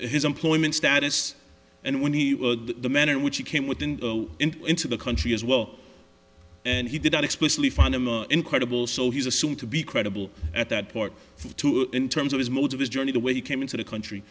his employment status and when he worked the manner in which he came within into the country as well and he did not explicitly fundamental incredible so he's assumed to be credible at that port too in terms of his most of his journey the way he came into the country